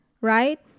Right